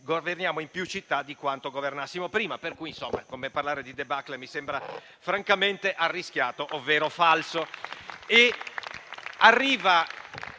governiamo in più città di quante ne governassimo prima. Per cui, insomma, parlare di *débâcle* mi sembra francamente arrischiato ovvero falso.